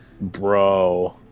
Bro